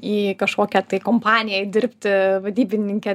į kažkokią tai kompaniją eit dirbti vadybininke